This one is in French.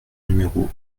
numéro